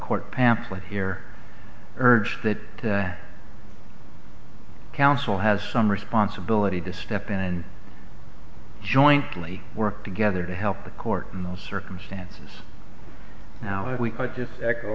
court pamphlet here urged that counsel has some responsibility to step in and jointly work together to help the court in those circumstances now if we could just